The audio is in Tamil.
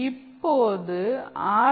இப்போது ஆர்